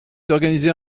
d’organiser